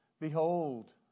Behold